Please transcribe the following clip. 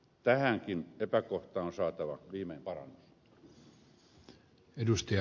tähänkin epäkohtaan on saatava viimein parannus